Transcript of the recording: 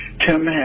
Tim